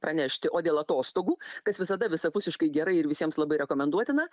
pranešti o dėl atostogų kas visada visapusiškai gerai ir visiems labai rekomenduotina